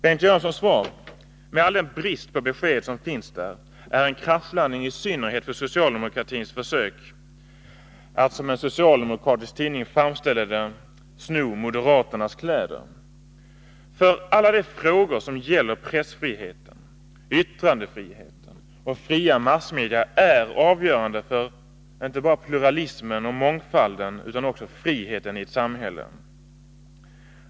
Bengt Göranssons svar, med dess brist på besked, är en kraschlandning, i synnerhet för socialdemokratins försök att sho moderaternas kläder, som en socialdemokratisk tidning framställde det. Alla de frågor som gäller pressfriheten, yttrandefriheten och fria massmedia är avgörande för inte bara pluralism utan också för friheten i ett samhälle.